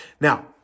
Now